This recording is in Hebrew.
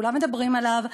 שכולם מדברים עליו,